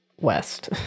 west